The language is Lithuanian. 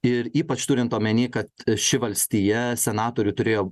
ir ypač turint omeny kad ši valstija senatorių turėjo